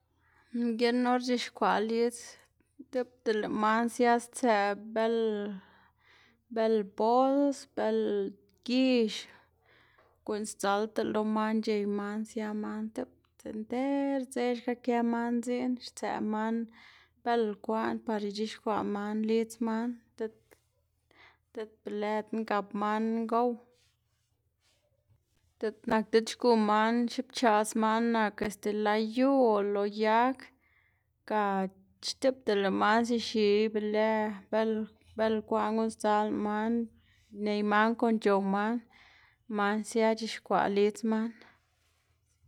Mginn or c̲h̲ixkwaꞌ lidz tipta lëꞌ man sia stsëꞌ bel bel bols, bel gix guꞌn sdzalda lo man c̲h̲ey man sia man tipta nter dze xka kë man dziꞌn stsëꞌ man belkwaꞌn par ic̲h̲ixkwaꞌ man lidz man diꞌt diꞌt be lëdna gap man ngow, diꞌt nak diꞌt xgu man xipchaꞌs man nak este lay yu o lo yag, ga tipta lëꞌ man zixi belë bel belkwaꞌn guꞌn sdzalna man ney man kon c̲h̲ow man, man sia c̲h̲ixkwaꞌ lidz man.